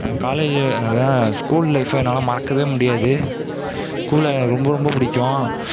காகேஜ் school லைஃப்பை என்னால் மறக்கவே முடியாது ஸ்கூலை எனக்கு ரொம்ப ரொம்ப பிடிக்கும்